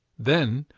then,